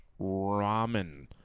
ramen